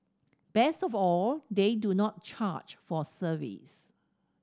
best of all they do not charge for service